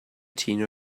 tina